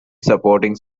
supporting